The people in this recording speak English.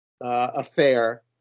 affair